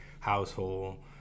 household